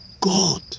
god